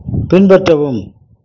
பின்பற்றவும்